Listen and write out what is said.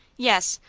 yes,